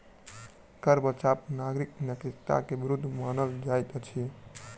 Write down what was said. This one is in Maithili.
कर बचाव नागरिक नैतिकता के विरुद्ध मानल जाइत अछि